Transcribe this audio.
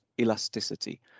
elasticity